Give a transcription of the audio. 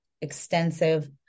extensive